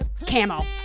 Camo